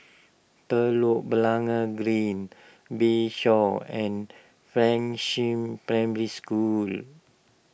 Telok Blangah Green Bayshore and Fengshan Primary School